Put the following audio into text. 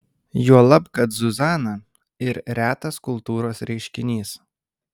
juolab kad zuzana ir retas kultūros reiškinys